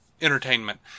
entertainment